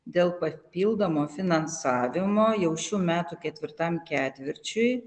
dėl papildomo finansavimo jau šių metų ketvirtam ketvirčiui